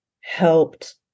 helped